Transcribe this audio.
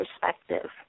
perspective